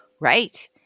Right